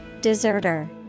Deserter